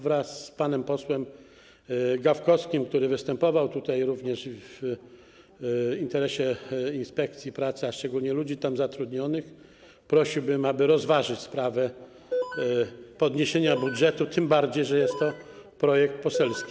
Wraz z panem posłem Gawkowskim, który występował tutaj również w interesie Państwowej Inspekcji Pracy, a szczególnie ludzi tam zatrudnionych, prosiłbym, aby rozważyć sprawę podniesienia budżetu, tym bardziej że jest to projekt poselski.